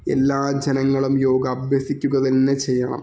എല്ലാ ജനങ്ങളും യോഗ അഭ്യസിക്കുക തന്നെ ചെയ്യണം